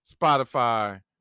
Spotify